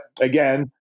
again